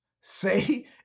Say